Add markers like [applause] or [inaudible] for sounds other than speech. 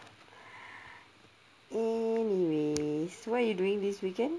[breath] anyway so what you doing this weekend